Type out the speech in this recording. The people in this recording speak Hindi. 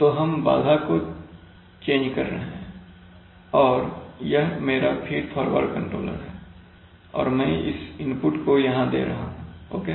तो हम बाधा को चेंज कर रहे हैं और यह मेरा फीड फॉरवर्ड कंट्रोलर है और मैं इस इनपुट को यहां दे रहा हूं ओके